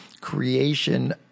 creation